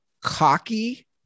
cocky